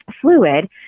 fluid